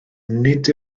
nid